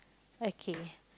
okay